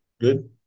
good